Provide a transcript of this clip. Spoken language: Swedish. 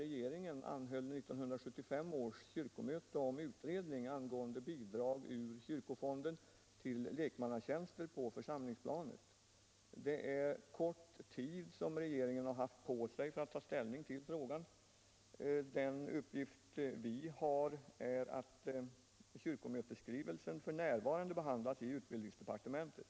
1975 års kyrkomöte anhöll ju om utredning av frågan om bidrag ur kyrkofonden till Iekmannatjänster på församlingsplancet. Regeringen har haft kort tid på sig att ta ställning till frågan, men enligt uppgift behandlas kyrkomötets skrivelse f. n. i utbildningsdepartementet.